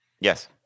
Yes